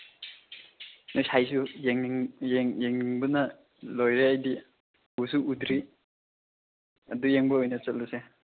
ꯅꯣꯏ ꯁꯥꯏꯁꯨ ꯌꯦꯡꯅꯤꯡꯕꯅ ꯂꯣꯏꯔꯦ ꯑꯩꯗꯤ ꯎꯁꯨ ꯎꯗ꯭ꯔꯤ ꯑꯗꯨ ꯌꯦꯡꯕ ꯑꯣꯏꯅ ꯆꯠꯂꯨꯁꯦ